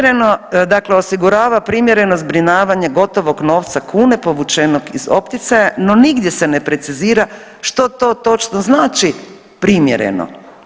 Dakle, osigurava privremeno zbrinjavanje gotovog novca kune povučenog iz opticaja no nigdje se ne precizira što to točno znači primjereno.